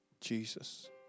Jesus